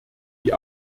die